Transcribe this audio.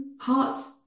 parts